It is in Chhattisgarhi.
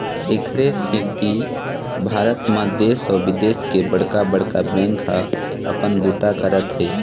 एखरे सेती भारत म देश अउ बिदेश के बड़का बड़का बेंक ह अपन बूता करत हे